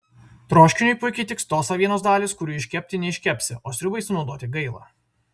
troškiniui puikiai tiks tos avienos dalys kurių iškepti neiškepsi o sriubai sunaudoti gaila